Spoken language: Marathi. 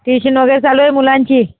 ट्यूशन वगैरे चालू आहे मुलांची